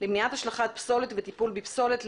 למניעת השלכת פסולת וטיפול בפסולת,